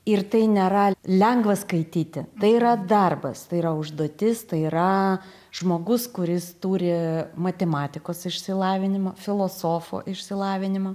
ir tai nėra lengva skaityti tai yra darbas tai yra užduotis tai yra žmogus kuris turi matematikos išsilavinimą filosofo išsilavinimą